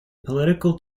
political